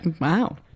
Wow